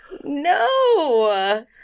No